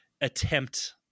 attempt –